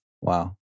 Wow